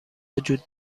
وجود